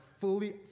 fully